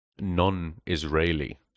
non-Israeli